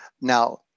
Now